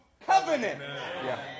covenant